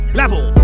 level